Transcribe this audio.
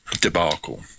debacle